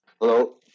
hello